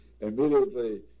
immediately